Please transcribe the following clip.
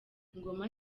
ngoma